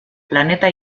planeta